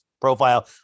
profile